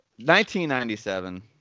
1997